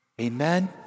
Amen